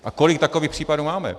A kolik takových případů máme?